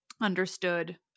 understood